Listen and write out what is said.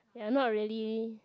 they're not really